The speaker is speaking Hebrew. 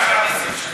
נתחיל בהיסטוריה?